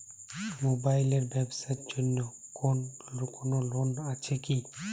Mobile এর ব্যাবসার জন্য কোন লোন আছে কি?